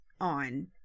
on